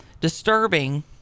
Disturbing